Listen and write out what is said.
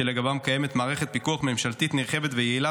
שלגביו יש מערכת פיקוח ממשלתית נרחבת ויעילה